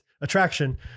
attraction